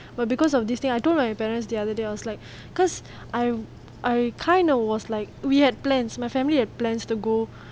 but because of this thing I told my parents the other day I was like because I I kind of was like we had plans my family had plans to go